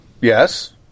Yes